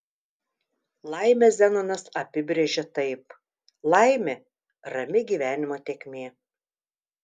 laimę zenonas apibrėžė taip laimė rami gyvenimo tėkmė